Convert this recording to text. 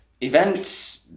events